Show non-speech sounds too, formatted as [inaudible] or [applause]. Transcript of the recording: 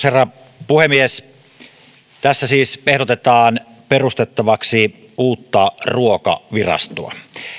[unintelligible] herra puhemies tässä siis ehdotetaan perustettavaksi uutta ruokavirastoa